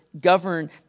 govern